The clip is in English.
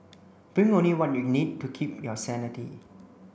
bring only what you need to keep your sanity